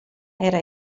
era